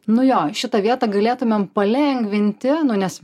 nu jo šitą vietą galėtumėm palengvinti nes